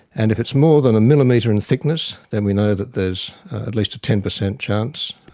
and if it's more than a millimetre in thickness then we know that there is at least a ten percent chance,